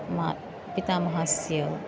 मा पितामहस्य